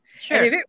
Sure